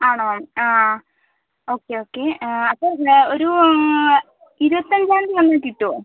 ആണോ ആ okay okay അപ്പോൾ ഒരൂ ഇരുവത്തഞ്ചാന്തി ആവുമ്പോൾ കിട്ടുവോ